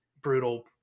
brutal